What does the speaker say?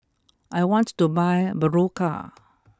I want to buy Berocca